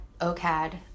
ocad